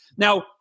Now